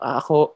ako